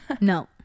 no